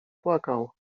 płakał